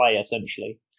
essentially